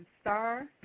star